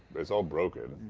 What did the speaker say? it's all broken.